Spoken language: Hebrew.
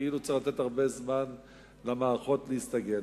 וכאילו צריך לתת הרבה זמן למערכות להסתגל.